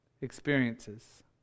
experiences